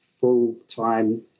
full-time